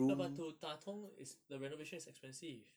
no but to 打通 is the renovation is expensive